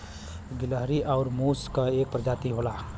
गिलहरी आउर मुस क एक परजाती होला